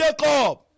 Jacob